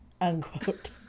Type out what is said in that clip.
unquote